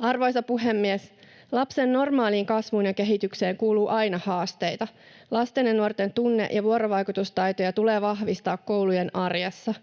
Arvoisa puhemies! Lapsen normaaliin kasvuun ja kehitykseen kuuluu aina haasteita. Lasten ja nuorten tunne- ja vuorovaikutustaitoja tulee vahvistaa koulujen arjessa.